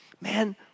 man